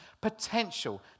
potential